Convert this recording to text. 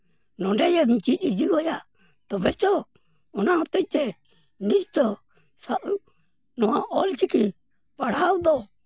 ᱱᱚᱰᱮ ᱡᱮᱢ ᱪᱮᱫ ᱦᱤᱡᱩᱜ ᱟᱭᱟᱜ ᱛᱚᱵᱮ ᱛᱚ ᱚᱱᱟ ᱦᱚᱛᱮᱡ ᱛᱮ ᱱᱤᱛᱚᱜ ᱥᱟᱵ ᱱᱚᱣᱟ ᱚᱞ ᱪᱤᱠᱤ ᱯᱟᱲᱦᱟᱣ ᱫᱚ